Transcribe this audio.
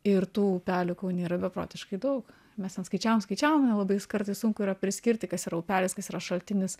ir tų upelių kaune yra beprotiškai daug mes ten skaičiavom skaičiavom labai kartais sunku yra priskirti kas yra upelis kas yra šaltinis